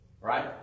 Right